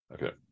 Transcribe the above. Okay